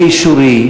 באישורי,